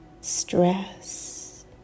stress